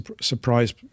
surprise